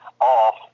off